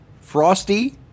Frosty